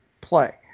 play